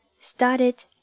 started